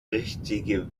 richtige